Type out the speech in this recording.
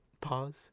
Pause